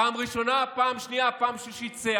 פעם ראשונה, פעם שנייה, פעם שלישית, צא.